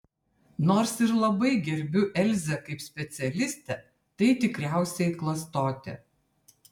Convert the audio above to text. nors ir labai gerbiu elzę kaip specialistę tai tikriausiai klastotė